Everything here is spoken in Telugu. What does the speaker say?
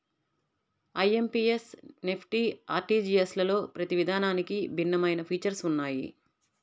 ఐఎమ్పీఎస్, నెఫ్ట్, ఆర్టీజీయస్లలో ప్రతి విధానానికి భిన్నమైన ఫీచర్స్ ఉన్నయ్యి